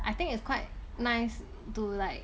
I think it's quite nice to like